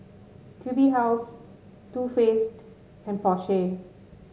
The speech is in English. Q B House Too Faced and Porsche